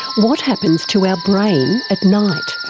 what happens to our brain at night?